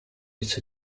its